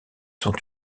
sont